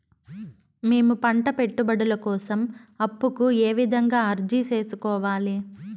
మేము పంట పెట్టుబడుల కోసం అప్పు కు ఏ విధంగా అర్జీ సేసుకోవాలి?